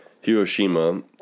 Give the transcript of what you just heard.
Hiroshima